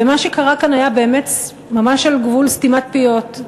מה שקרה כאן היה באמת ממש על גבול סתימת פיות.